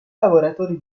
lavoratori